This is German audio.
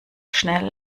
schnell